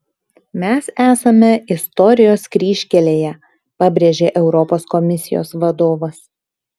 mes esame istorijos kryžkelėje pabrėžė europos komisijos vadovas